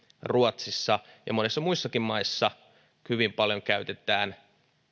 ruotsissa ja monissa muissakin maissa hyvin paljon käytetään